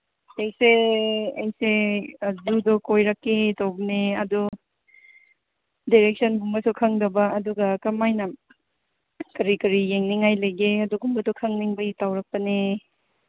ꯑꯩꯁꯦ ꯑꯩꯁꯦ ꯖꯨꯗꯣ ꯀꯣꯏꯔꯛꯀꯦ ꯇꯧꯕꯅꯦ ꯑꯗꯨ ꯗꯤꯔꯦꯛꯁꯟꯒꯨꯝꯕꯁꯨ ꯈꯪꯗꯕ ꯑꯗꯨꯒ ꯀꯃꯥꯏꯅ ꯀꯔꯤ ꯀꯔꯤ ꯌꯦꯡꯅꯤꯡꯉꯥꯏ ꯂꯩꯒꯦ ꯑꯗꯨꯒꯨꯝꯕꯗꯣ ꯈꯪꯅꯤꯡꯕꯩ ꯇꯧꯔꯛꯄꯅꯦ